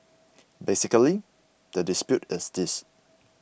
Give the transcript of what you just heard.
basically the dispute is this